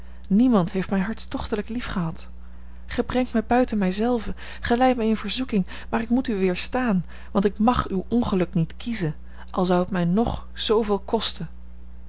niemand heeft mij hartstochtelijk liefgehad gij brengt mij buiten mij zelve gij leidt mij in verzoeking maar ik moet u weerstaan want ik mag uw ongeluk niet kiezen al zou het mij ng zooveel kosten